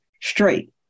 straight